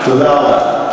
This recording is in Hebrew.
תודה רבה.